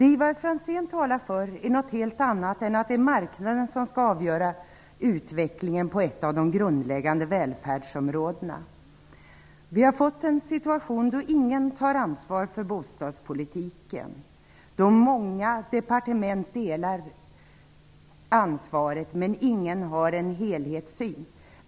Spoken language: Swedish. Ivar Franzén talar för något helt annat än att marknaden skall avgöra utvecklingen på ett av de grundläggande välfärdsområdena. Vi har fått en situation då ingen tar ansvar för bostadspolitiken. Många departement delar ansvaret, men ingen har en helhetssyn.